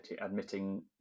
admitting